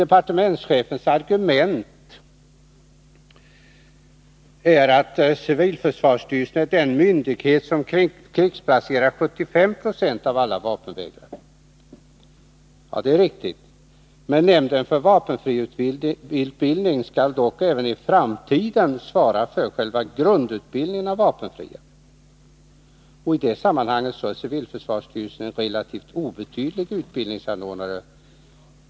Departementschefens argument är att civilförsvarsstyrelsen är den myndighet som krigsplacerar 75 20 av alla vapenvägrare. Det är riktigt, men nämnden för vapenfriutbildningen skall även i framtiden svara för själva grundutbildningen av vapenfria. Och i det sammanhanget är civilförsvarsstyrelsen en relativt obetydlig utbildningsanordnare.